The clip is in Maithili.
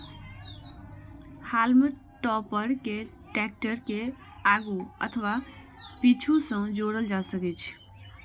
हाल्म टॉपर कें टैक्टर के आगू अथवा पीछू सं जोड़ल जा सकै छै